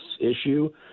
issue